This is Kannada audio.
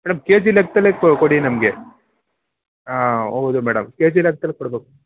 ಮೇಡಮ್ ಕೆ ಜಿ ಲೆಕ್ಕದಲ್ಲೇ ಕೊಡಿ ನಮಗೆ ಹೌದು ಮೇಡಮ್ ಕೆ ಜಿ ಲೆಕ್ಕದಲ್ಲಿ ಕೊಡ್ಬೇಕು